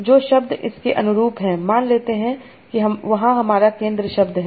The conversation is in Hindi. जो शब्द इसके अनुरूप हैं मान लेते हैं वहाँ हमारा केंद्र शब्द है